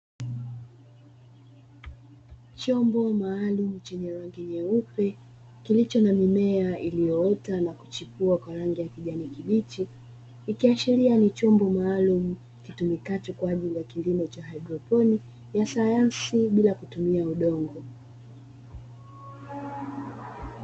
Chombo maalumu chenye rangi nyeupe kilicho na mimea iliyoota na kuchipua kwa rangi ya kijani kibichi, ikiashiria ni chombo maalumu kitumikacho kwa ajili ya kilimo cha haidroponi ya sayansi ya bila kutumia udongo.